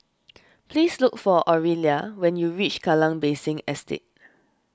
please look for Orilla when you reach Kallang Basin Estate